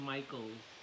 Michaels